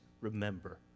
remember